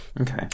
Okay